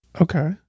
okay